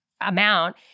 amount